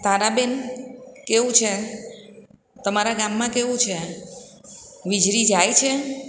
તારા બેન કેવું છે તમારા ગામમાં કેવું છે વિજળી જાય છે